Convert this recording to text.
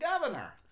governor